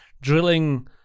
drilling